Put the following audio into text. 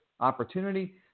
opportunity